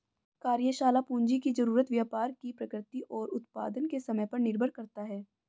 कार्यशाला पूंजी की जरूरत व्यापार की प्रकृति और उत्पादन के समय पर निर्भर करता है